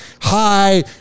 Hi